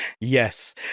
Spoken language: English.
Yes